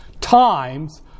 times